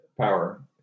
power